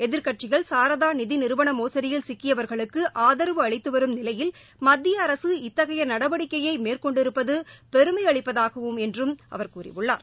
எதிர்க்கட்சிகள் சாரதா நிதி நிறுவன மோசடியில் சிக்கியவர்களுக்கு ஆதரவு அளித்து வரும் நிலையில் மத்திய அரசு இத்தகைய நடவடிக்கையை மேற்கொண்டிருப்பது பெருமை அளிப்பதாகும் என்றும் அவர் கூறியுள்ளார்